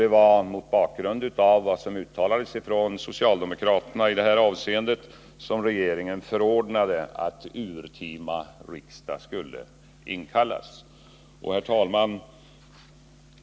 Det var mot bakgrund av vad som uttalades från socialdemokraterna i detta avseende som regeringen förordnade att urtima riksmöte skulle inkallas. Herr talman!